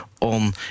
on